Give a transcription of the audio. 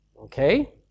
Okay